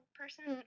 person